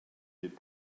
pit